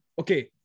Okay